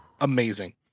amazing